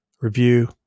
review